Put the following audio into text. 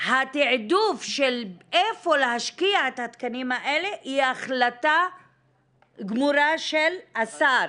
התעדוף של איפה להשקיע את התקנים האלה היא החלטה גמורה של השר.